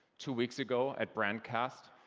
two weeks ago at brandcast,